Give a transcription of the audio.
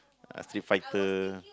I still fight her